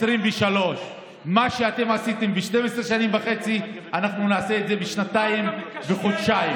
2023. מה שאתם עשיתם ב-12 שנים וחצי אנחנו נעשה בשנתיים וחודשיים.